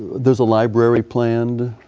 there is a library planned.